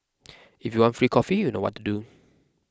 if you want free coffee you know what to do